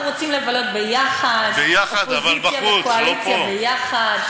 אנחנו רוצים לבלות יחד, אופוזיציה וקואליציה יחד.